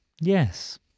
yes